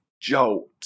jolt